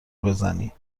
بزنی